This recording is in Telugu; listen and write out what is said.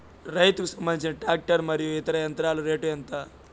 రైతుకు సంబంధించిన టాక్టర్ మరియు ఇతర యంత్రాల రేటు ఎంత?